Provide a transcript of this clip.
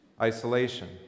isolation